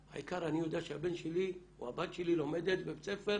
העיקר אני יודע שהבן שלי או הבת שלי לומדת בבית ספר.